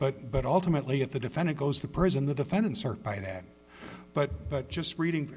but but ultimately if the defendant goes to prison the defendant certify that but but just reading